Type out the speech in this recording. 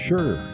Sure